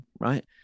right